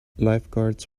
lifeguards